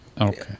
Okay